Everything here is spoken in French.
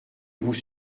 vous